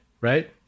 right